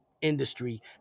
industry